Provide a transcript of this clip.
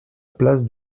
place